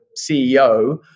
ceo